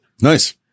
Nice